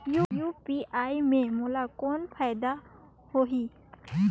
UPI से मोला कौन फायदा होही?